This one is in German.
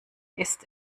ist